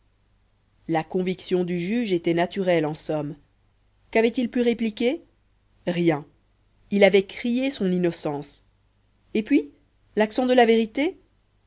la conviction du juge était naturelle en somme qu'avait-il pu répliquer rien il avait crié son innocence et puis l'accent de la vérité